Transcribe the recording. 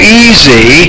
easy